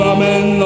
Amen